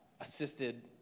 assisted